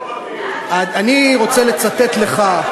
אני רוצה לצטט לך,